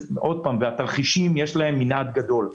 ולתרחישים יש מנעד גדול,